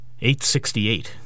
868